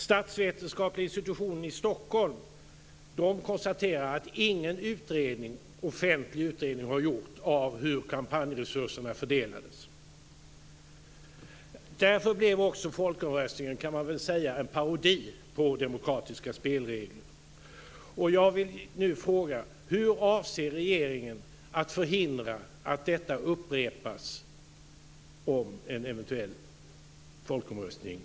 Statsvetenskapliga institutionen i Stockholm konstaterar att det inte har gjorts någon offentlig utredning av hur kampanjresurserna fördelades. Därför kan man säga att folkomröstningen var en parodi på demokratiska spelregler. Jag vill nu fråga: